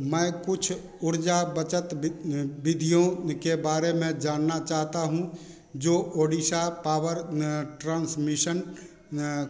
मैं कुछ ऊर्जा बचत विधियों के बारे में जानना चाहता हूँ जो ओडिशा पॉवर ट्रान्समिशन